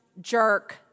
jerk